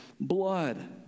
blood